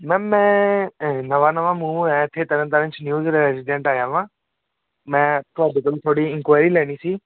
ma'am ਮੈਂ ਨਵਾਂ ਨਵਾਂ ਮੂਵ ਹੋਇਆ ਇੱਥੇ ਤਰਨ ਤਰਨ 'ਚ ਨਿਊ ਜ਼ ਰੈਜੀਡੈਂਟ ਆਇਆ ਵਾਂ ਮੈਂ ਤੁਹਾਡੇ ਕੋਲੋ ਥੋੜ੍ਹੀ ਇਨਕੁਇਰੀ ਲੈਣੀ ਸੀ